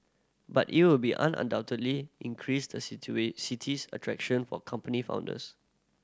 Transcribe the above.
but it will be undoubtedly increase the city's attraction for company founders